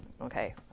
Okay